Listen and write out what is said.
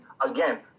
again